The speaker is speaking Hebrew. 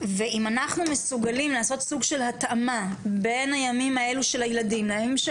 אם נוכל לעשות התאמה בין ימי החופשה של הילדים הללו לימים של